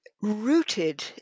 rooted